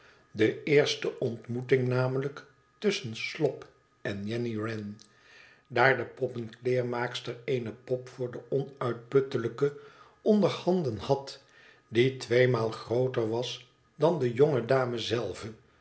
de eerste ontmoeting namelijk tusschen slop en jenny wren daar de poppenkleermaakster eene pop voorde onuitputtelijke onder handen had die tweemaal grooter was dan de jonge dame zelve